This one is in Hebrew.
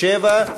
7,